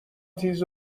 تیز